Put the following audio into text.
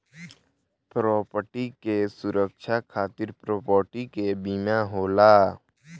property के सुरक्षा खातिर प्रॉपर्टी के बीमा होला